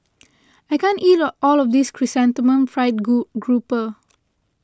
I can't eat all of this Chrysanthemum Fried Group Grouper